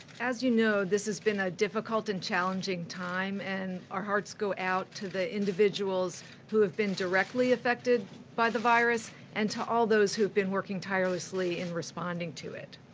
as you know, this has been a difficult and challenging time, and our hearts go out to the individuals who have been directly affected by the virus and to all those who have been working tirelessly in responding to it.